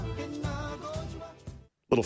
little